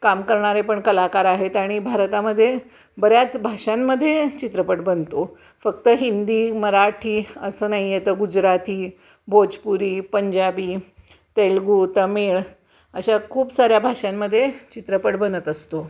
काम करणारे पण कलाकार आहेत आणि भारतामध्ये बऱ्याच भाषांमध्ये हे चित्रपट बनतो फक्त हिंदी मराठी असं नाही आहेत तर गुजराथी भोजपुरी पंजाबी तेलगू तमीळ अशा खूप साऱ्या भाषांमध्ये चित्रपट बनत असतो